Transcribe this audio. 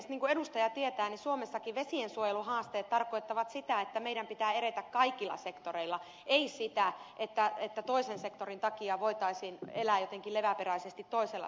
niin kuin edustaja tietää niin suomessakin vesiensuojeluhaasteet tarkoittavat sitä että meidän pitää edetä kaikilla sektoreilla ei sitä että toisen sektorin takia voitaisiin elää jotenkin leväperäisesti toisella sektorilla